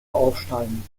aufschneiden